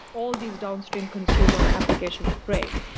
all these downstream consumer applications break.